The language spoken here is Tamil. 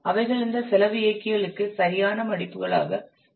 அவைகள் இந்த செலவு இயக்கிகளுக்கு சரியான மடிப்புகளாக இருக்கும்